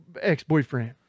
ex-boyfriend